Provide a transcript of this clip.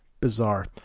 Bizarre